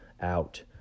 out